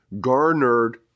garnered